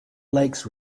lakes